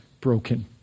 broken